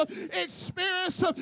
experience